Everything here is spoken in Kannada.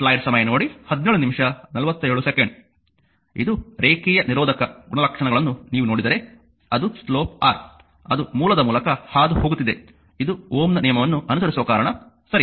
ಇದು ರೇಖೀಯ ನಿರೋಧಕ ಗುಣಲಕ್ಷಣಗಳನ್ನು ನೀವು ನೋಡಿದರೆ ಅದು ಸ್ಲೋಪ್ R ಅದು ಮೂಲದ ಮೂಲಕ ಹಾದುಹೋಗುತ್ತಿದೆ ಇದು Ω ನ ನಿಯಮವನ್ನು ಅನುಸರಿಸುವ ಕಾರಣ ಸರಿ